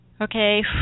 Okay